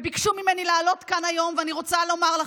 ביקשו ממני לעלות כאן היום, ואני רוצה לומר לכם: